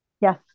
yes